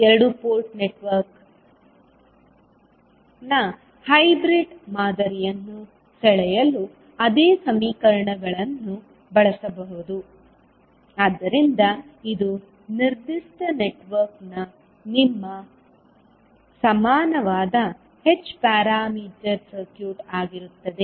ಎರಡು ಪೋರ್ಟ್ ನೆಟ್ವರ್ಕ್ನ ಹೈಬ್ರಿಡ್ ಮಾದರಿಯನ್ನು ಸೆಳೆಯಲು ಅದೇ ಸಮೀಕರಣಗಳನ್ನು ಬಳಸಿಕೊಳ್ಳಬಹುದು ಆದ್ದರಿಂದ ಇದು ನಿರ್ದಿಷ್ಟ ನೆಟ್ವರ್ಕ್ಗೆ ನಿಮ್ಮ ಸಮಾನವಾದ H ಪ್ಯಾರಾಮೀಟರ್ ಸರ್ಕ್ಯೂಟ್ ಆಗಿರುತ್ತದೆ